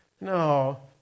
No